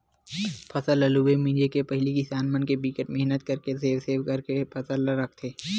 फसल ल लूए मिजे के पहिली किसान मन बिकट मेहनत करके सेव सेव के फसल ल राखथे